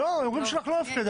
לא, התוכנית שלה לא הופקדה.